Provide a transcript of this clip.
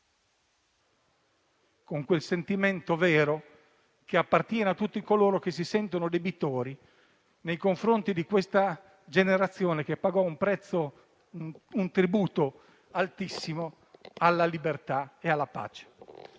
con quel sentimento vero che appartiene a tutti coloro che si sentono debitori nei confronti di questa generazione che pagò un tributo altissimo alla libertà e alla pace.